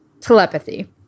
telepathy